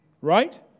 Right